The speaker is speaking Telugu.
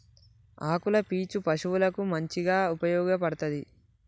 ఆకుల పీచు పశువులకు మంచిగా ఉపయోగపడ్తది